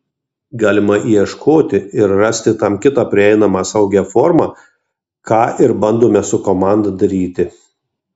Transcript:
galima ieškoti ir rasti tam kitą prieinamą saugią formą ką ir bandome su komanda daryti